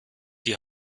die